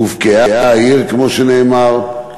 הובקעה העיר, כמו שנאמר,